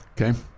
Okay